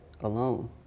alone